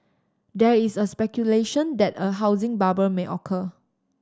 there is a speculation that a housing bubble may occur